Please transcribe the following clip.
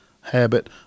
habit